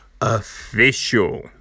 Official